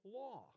law